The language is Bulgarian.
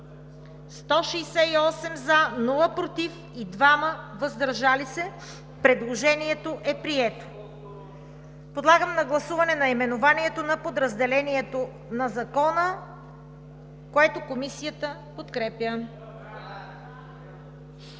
168, против няма, въздържали се 2. Предложението е прието. Подлагам на гласуване наименованието на подразделението на Закона, което Комисията подкрепя.